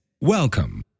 Welcome